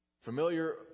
Familiar